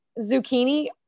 zucchini